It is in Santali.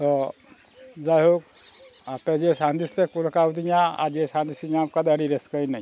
ᱛᱚ ᱡᱟᱭᱦᱳᱠ ᱟᱯᱮ ᱡᱮ ᱥᱟᱸᱫᱮᱥ ᱯᱮ ᱠᱩᱞ ᱠᱟᱣᱫᱤᱧᱟᱹ ᱟᱨ ᱡᱮ ᱥᱟᱸᱫᱤᱥᱤᱧ ᱧᱟᱢ ᱠᱟᱫᱟ ᱟᱹᱰᱤ ᱨᱟᱹᱥᱠᱟᱹᱭ ᱱᱟᱹᱧ